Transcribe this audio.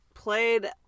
Played